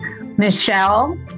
Michelle